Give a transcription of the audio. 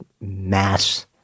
mass